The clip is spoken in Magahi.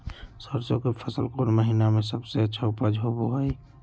सरसों के फसल कौन महीना में सबसे अच्छा उपज होबो हय?